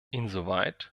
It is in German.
insoweit